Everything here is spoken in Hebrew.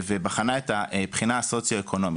ובחנה את הבחינה הסוציו-אקונומית.